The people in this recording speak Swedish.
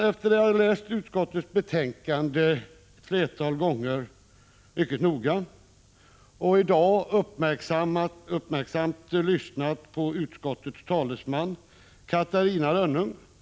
Efter att ha läst utskottets betänkande ett flertal gånger mycket noga och i dag uppmärksamt lyssnat på utskottets talesman Catarina Rönnung har jag Prot.